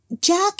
Jack